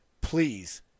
please